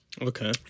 Okay